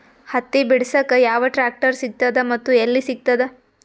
ಹತ್ತಿ ಬಿಡಸಕ್ ಯಾವ ಟ್ರಾಕ್ಟರ್ ಸಿಗತದ ಮತ್ತು ಎಲ್ಲಿ ಸಿಗತದ?